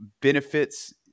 benefits